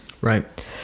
right